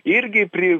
irgi pri